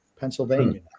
Pennsylvania